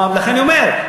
לכן אני אומר,